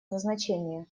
назначения